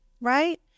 right